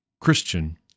Christian